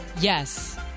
Yes